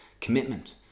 commitment